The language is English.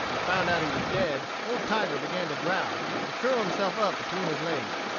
and found out he was dead, old tiger began to growl, and curled himself up between his legs.